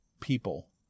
people